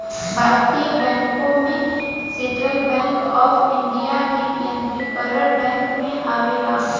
भारतीय बैंकों में सेंट्रल बैंक ऑफ इंडिया भी केन्द्रीकरण बैंक में आवेला